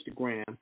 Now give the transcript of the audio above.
Instagram